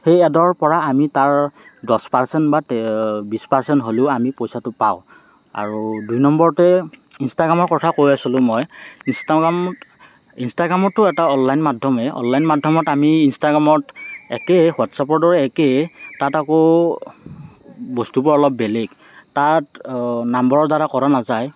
সেই এডৰ পৰা আমি তাৰ দহ পাৰচেন বা বিছ পাৰচেন হ'লেও আমি পইচাটো পাওঁ আৰু দুই নম্বৰতে ইঞ্চটাগ্ৰামৰ কথা কৈ আছিলোঁ মই ইঞ্চটাগ্ৰামত ইঞ্চটাগ্ৰামটো এটা অনলাইন মাধ্যমে অনলাইন মাধ্যমত আমি ইঞ্চটাগ্ৰামত একেই হোৱাট্চআপৰ দৰে একেই তাত আকৌ বস্তুবোৰ অলপ বেলেগ তাত নাম্বাৰৰ দ্বাৰা কৰা নাযায়